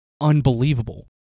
Unbelievable